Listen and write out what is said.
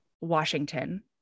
Washington